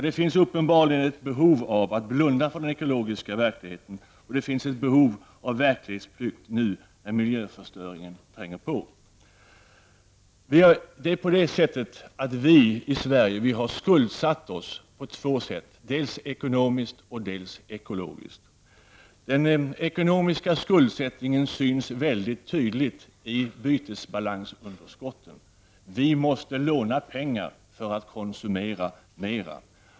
Det finns uppenbarligen ett behov av att blunda för den ekologiska verkligheten, och det finns ett behov av verklighetsflykt nu när miljöförstöringen tränger på. Vi i Sverige har skuldsatt oss på två sätt, dels ekonomiskt, dels ekologiskt. Den ekonomiska skuldsättningen syns mycket tydligt i bytesbalansunderskotten. Vi måste låna pengar för att kunna konsumera mera.